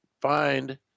find